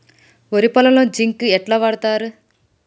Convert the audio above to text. వరి పొలంలో జింక్ ఎట్లా వాడుతరు?